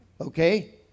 okay